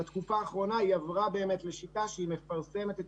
ובתקופה האחרונה היא באמת עברה לשיטה שהיא מפרסמת את